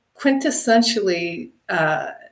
quintessentially